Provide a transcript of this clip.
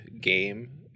game